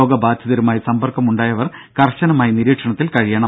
രോഗബാധിതരുമായി സമ്പർക്കം ഉണ്ടായവർ കർശനമായി നിരീക്ഷണത്തിൽ കഴിയണം